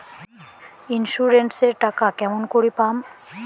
Insurance এর টাকা কেমন করি পাম?